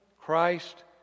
Christ